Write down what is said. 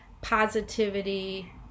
positivity